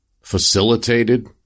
facilitated